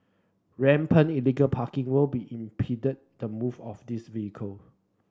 rampant illegal parking will impede the move of these vehicle